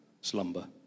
slumber